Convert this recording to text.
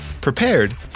prepared